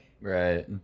Right